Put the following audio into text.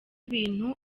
ibintu